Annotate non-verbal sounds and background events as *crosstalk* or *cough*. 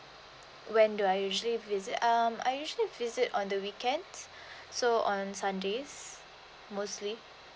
when do I usually visit um I usually visit on the weekends *breath* so on sundays mostly